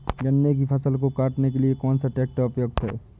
गन्ने की फसल को काटने के लिए कौन सा ट्रैक्टर उपयुक्त है?